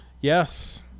yes